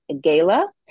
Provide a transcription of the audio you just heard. Gala